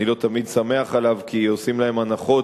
אני לא תמיד שמח עליו כי עושים להם הנחות,